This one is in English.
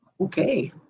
Okay